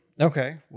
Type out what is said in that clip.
okay